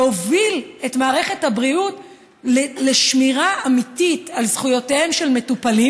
והוביל את מערכת הבריאות לשמירה אמיתית על זכויותיהם של מטופלים,